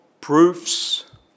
proofs